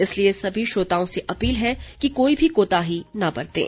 इसलिए सभी श्रोताओं से अपील है कि कोई भी कोताही न बरतें